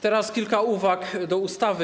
Teraz kilka uwag do ustawy.